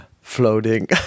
floating